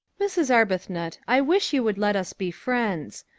mrs. arbuthnot, i wish you would let us be friends.